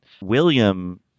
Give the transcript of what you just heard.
William